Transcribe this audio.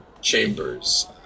chambers